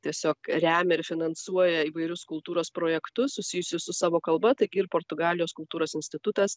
tiesiog remia ir finansuoja įvairius kultūros projektus susijusius su savo kalba taigi ir portugalijos kultūros institutas